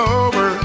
over